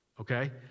okay